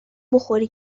بخوری